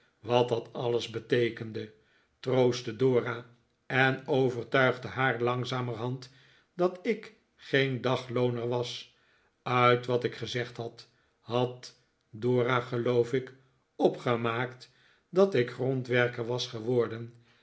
wat dat alles beteekende troostte dora en overtuigde haar langzamerhand dat ik geen daglooner was uit wat ik gezegd had had dora geloof ik opgemaakt dat ik grondwerker was geworden